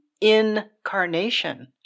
incarnation